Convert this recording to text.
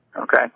Okay